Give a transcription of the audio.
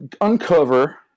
uncover